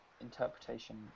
interpretation